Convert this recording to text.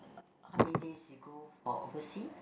how many days you go for overseas